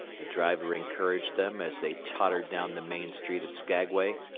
the driver encouraged them as they tottered down the main street of skaguay.